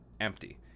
empty